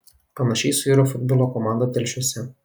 panašiai suiro futbolo komanda telšiuose